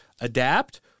Adapt